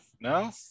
no